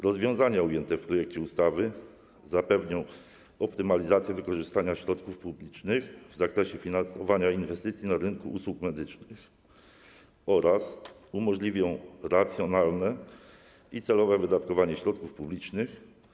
Rozwiązania ujęte w projekcie ustawy zapewnią optymalizację wykorzystania środków publicznych w zakresie finansowania inwestycji na rynku usług medycznych oraz umożliwią racjonalne i celowe wydatkowanie środków publicznych.